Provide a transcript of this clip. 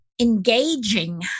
engaging